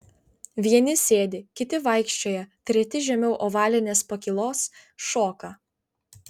vieni sėdi kiti vaikščioja treti žemiau ovalinės pakylos šoka